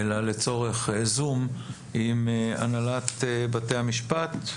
ל-זום את הנהלת בתי המשפט,